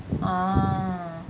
ah